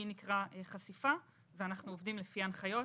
מי נקרא חשיפה ואנחנו עובדים לפי ההנחיות,